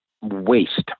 waste